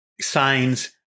signs